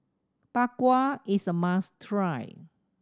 Bak Kwa is a must try